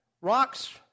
rocks